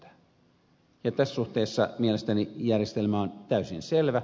tässä suhteessa mielestäni järjestelmä on täysin selvä